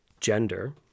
gender